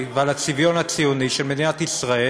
ועל הצביון הציוני של מדינת ישראל.